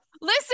Listen